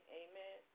amen